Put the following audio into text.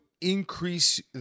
increase